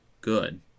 good